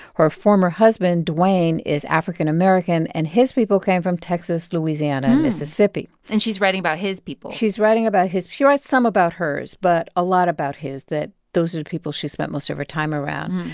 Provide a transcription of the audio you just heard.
her former husband dwayne is african american, and his people came from texas, louisiana and mississippi and she's writing about his people she's writing about his she writes some about hers but a lot about his that those are the people she spent most of her time around.